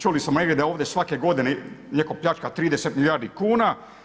Čuli smo negdje da ovdje svake godine netko pljačka 30 milijardi kuna.